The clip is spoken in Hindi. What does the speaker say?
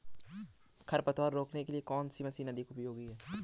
खरपतवार को रोकने के लिए कौन सी मशीन अधिक उपयोगी है?